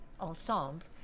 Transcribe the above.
ensemble